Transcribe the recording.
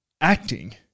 acting